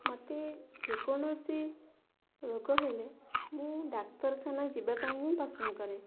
ମୋତେ ଯେକୌଣସି ରୋଗ ହେଲେ ମୁଁ ଡାକ୍ତରଖାନା ଯିବା ପାଇଁ ପସନ୍ଦ କରେ